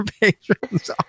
patrons